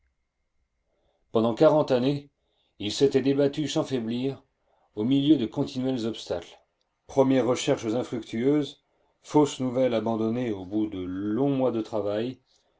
pendant quarante années il s'était débattu sans faiblir au milieu de continuels obstacles premières recherches infructueuses fosses nouvelles abandonnées au bout de longs mois de travail